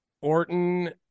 Orton